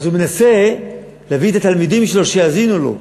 הוא מנסה להביא את התלמידים שלו שיאזינו לו,